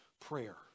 prayer